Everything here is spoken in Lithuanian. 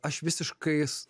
aš visiškais